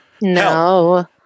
No